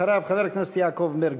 אחריו, חבר הכנסת יעקב מרגי.